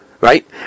Right